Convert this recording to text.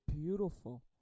beautiful